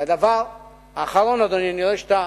ודבר אחרון, אדוני, אני רואה שאתה